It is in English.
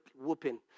whooping